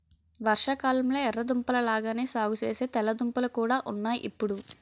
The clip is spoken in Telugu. వర్షాకాలంలొ ఎర్ర దుంపల లాగానే సాగుసేసే తెల్ల దుంపలు కూడా ఉన్నాయ్ ఇప్పుడు